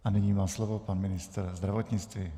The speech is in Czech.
A nyní má slovo pan ministr zdravotnictví.